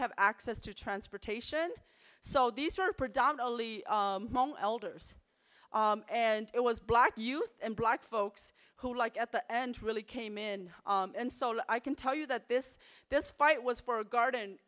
have access to transportation so these were predominantly elders and it was black youth and black folks who like at the end really came in and so i can tell you that this this fight was for a